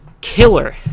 killer